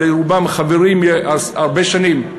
אבל רובם חברים הרבה שנים: